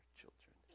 children